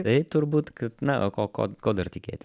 tai turbūt na o ko ko ko dar tikėti